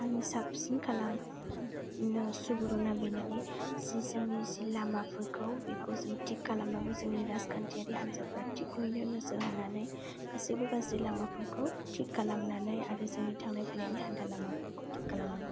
आं साबसिन खालामनो सुबुरना बेनोदि जि जोंनि लामाफोरखौ बेखौ जों थिक खालामनांगौ जोंनि राजखान्थियारि हान्जाफोरा थिकयैनो नोजोर होनानै गासिबो गाज्रि लामाफोरखौ थिक खालामनानै आरो जोंनि थांलाय फैलायनि हान्था लामाफोरखौ थिक खालामनांगौ